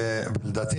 ולדעתי,